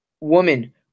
woman